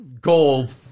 gold